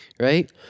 Right